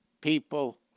people